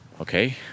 okay